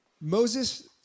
Moses